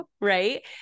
right